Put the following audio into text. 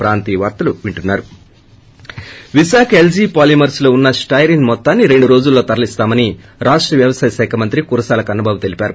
break Visakha LG Polymers లో ఉన్న styrene మొత్తాన్ని రెండు రోజులలో తరలిస్తామని వ్యవసాయ శాఖ మంత్రి కురసాల కన్నబాబు తెలిపారు